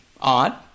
odd